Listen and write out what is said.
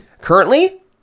currently